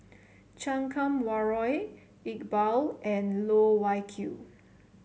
Chan Kum Wah Roy Iqbal and Loh Wai Kiew